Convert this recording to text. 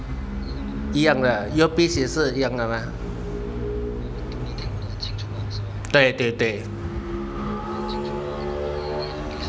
一样的 earpiece 是一样的吗对对对